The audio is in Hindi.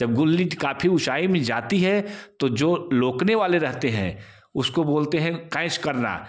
जब गिली काफी ऊँचाई में जाती है तो जो रोकने वाले रहते हैं उसको बोलते हैं कैच करना